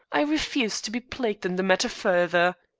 i refuse to be plagued in the matter further.